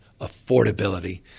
affordability